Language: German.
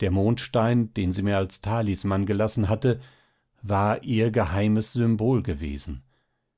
der mondstein den sie mir als talisman gelassen hatte war ihr geheimes symbol gewesen